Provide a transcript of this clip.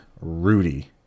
Rudy